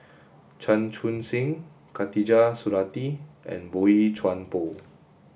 Chan Chun Sing Khatijah Surattee and Boey Chuan Poh